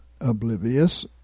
oblivious